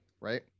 right